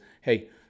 hey